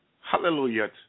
Hallelujah